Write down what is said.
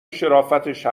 شرافتش